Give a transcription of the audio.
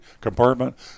compartment